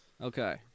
Okay